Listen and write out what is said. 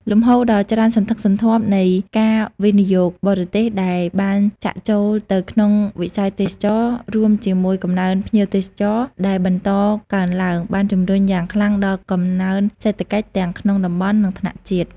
លំហូរដ៏ច្រើនសន្ធឹកសន្ធាប់នៃ ការវិនិយោគបរទេស ដែលបានចាក់ចូលទៅក្នុងវិស័យទេសចរណ៍ រួមជាមួយ កំណើនភ្ញៀវទេសចរ ដែលបន្តកើនឡើង បានជំរុញយ៉ាងខ្លាំងដល់ កំណើនសេដ្ឋកិច្ច ទាំងក្នុងតំបន់ និងថ្នាក់ជាតិ។